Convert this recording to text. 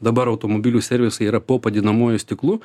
dabar automobilių servisai yra po padinamuoju stiklu